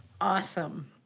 Awesome